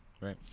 right